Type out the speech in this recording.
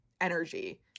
energy